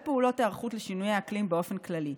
2. פעולות היערכות לשינוי האקלים באופן כללי.